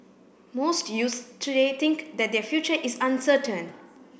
most youths today think that their future is uncertain